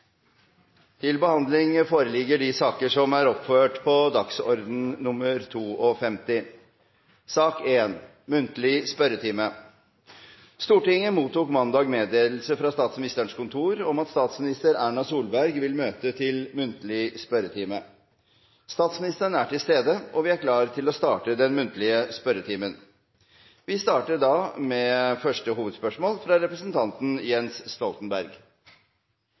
Stortinget mottok mandag meddelelse fra Statsministerens kontor om at statsminister Erna Solberg vil møte til muntlig spørretime. Statsministeren er til stede, og vi er klare til å starte den muntlige spørretimen. Første hovedspørsmål er fra representanten Jens Stoltenberg.